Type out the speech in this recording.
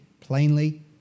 plainly